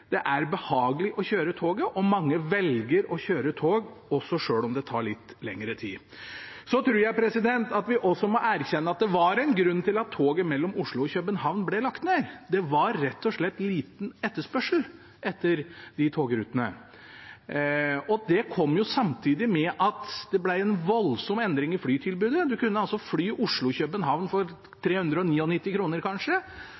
Det er behagelig å kjøre tog, og mange velger å kjøre tog selv om det tar litt lengre tid. Så tror jeg vi også må erkjenne at det var en grunn til at toget mellom Oslo og København ble lagt ned: Det var rett og slett liten etterspørsel etter de togrutene. Det kom samtidig med at det ble en voldsom endring i flytilbudet. Man kunne fly Oslo–København for kanskje